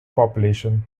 population